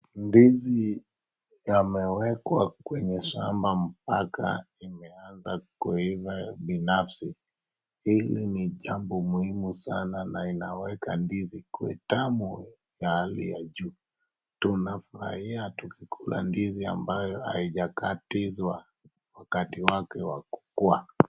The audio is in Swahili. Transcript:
Ndizi yamewekwa kwenye shamba mpaka imeanza kuiva binafsi, hili ni jambo muhimu sana na inaweka ndizi ikuwe tamu ya hali ya juu, tunafurahia tukikula ndizi ambayo haijakatizwa wakati wake wa kukua.